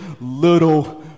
little